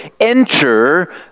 enter